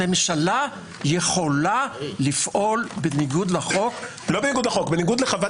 הממשלה יכולה לפעול בניגוד לחוק אני לא רוצה להשוות